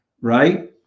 right